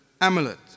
amulet